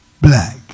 black